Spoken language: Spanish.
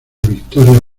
victoria